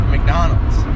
McDonald's